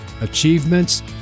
achievements